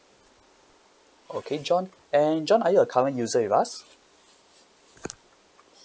okay john and john are you a current user with us